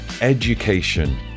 Education